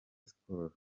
sports